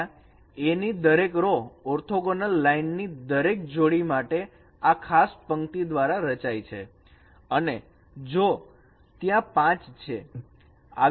જ્યા A ની દરેક રો ઓર્થોગોનલ લાઈન ની દરેક જોડી માટે આ ખાસ પંક્તિ દ્વારા રચાય છે અને જો ત્યાં પાંચ છે